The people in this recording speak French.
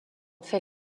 fait